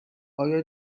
آیا